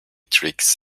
tricks